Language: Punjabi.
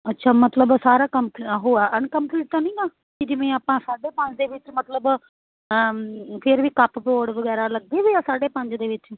ਅੱਛਾ ਮਤਲਬ ਸਾਰਾ ਕੰਪ ਹੋਇਆ ਅਨਕੰਪਲੀਟ ਤਾਂ ਨਹੀਂ ਗਾ ਕਿ ਜਿਵੇਂ ਆਪਾਂ ਸਾਢੇ ਪੰਜ ਦੇ ਵਿੱਚ ਮਤਲਬ ਫਿਰ ਵੀ ਕੱਪਬੋਰਡ ਵਗੈਰਾ ਲੱਗੇ ਵੇ ਆ ਸਾਢੇ ਪੰਜ ਦੇ ਵਿੱਚ